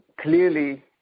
Clearly